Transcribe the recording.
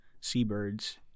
Seabirds